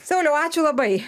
sauliau ačiū labai